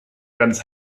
ganz